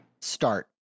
Start